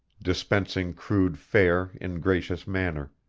dispensing crude fare in gracious manner,